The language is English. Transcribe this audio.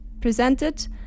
presented